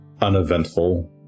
uneventful